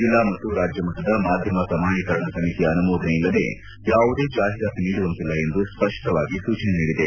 ಜಿಲ್ಲಾ ಮತ್ತು ರಾಜ್ಯಮಟ್ಟದ ಮಾಧ್ಯಮ ಪ್ರಮಾಣೀಕರಣ ಸಮಿತಿಯ ಅನುಮೋದನೆ ಇಲ್ಲದೇ ಯಾವುದೇ ಜಾಹಿರಾತು ನೀಡುವಂತಿಲ್ಲ ಎಂದು ಸ್ವಷ್ಷವಾಗಿ ಸೂಚನೆ ನೀಡಿದೆ